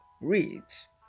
reads